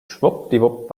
schwuppdiwupp